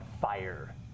fire